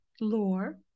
lore